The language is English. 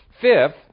Fifth